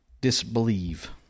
disbelieve